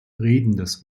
redendes